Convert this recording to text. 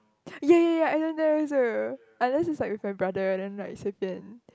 ya ya ya I don't dare also unless is like with my brother then like 随便